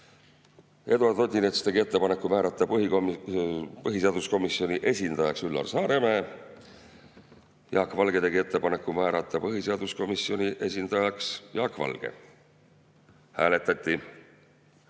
Eduard Odinets tegi ettepaneku määrata põhiseaduskomisjoni esindajaks Üllar Saaremäe. Jaak Valge tegi ettepaneku määrata põhiseaduskomisjoni esindajaks Jaak Valge. Hääletati.